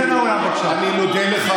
צא מהאולם,